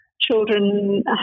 children